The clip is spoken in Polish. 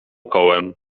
kołem